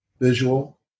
visual